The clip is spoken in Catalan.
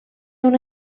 una